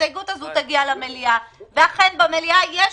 ההסתייגות הזו תגיע למליאה, ואכן במליאה יש